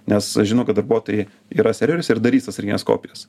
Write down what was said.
nes žino kad darbuotojai yra serveris ir darys atsargines kopijas